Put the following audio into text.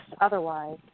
otherwise